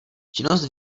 činnost